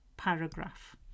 paragraph